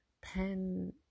pen